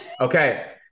Okay